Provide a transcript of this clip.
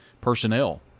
personnel